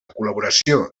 col·laboració